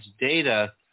data